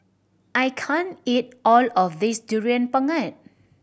I can't eat all of this Durian Pengat